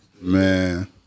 Man